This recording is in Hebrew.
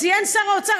ציין שר האוצר,